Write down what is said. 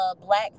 Black